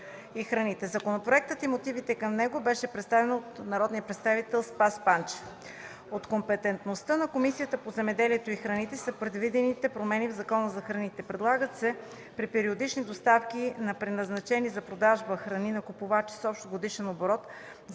Законопроектът и мотивите към него бяха представени от народния представител Спас Панчев. От компетентността на Комисията по земеделието и храните са предвидените промени в Закона за храните. Предлага се при периодични доставки на предназначени за продажба храни на купувачи с общ годишен оборот